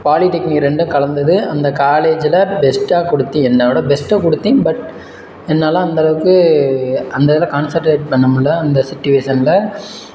polytechnic ரெண்டும் கலந்தது அந்த காலேஜில் பெஸ்ட்டாக கொடுத்து என்னோடய பெஸ்ட்டை கொடுத்தேன் பட் என்னால் அந்தளவுக்கு அந்த இதில் கான்சன்ட்ரேட் பண்ணமுடில அந்த சுட்டிவேஷனில்